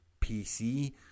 PC